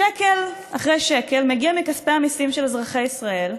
שקל אחרי שקל מגיעים מכספי המיסים של אזרחי ישראל,